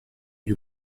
gli